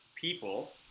people